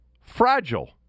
fragile